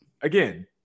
Again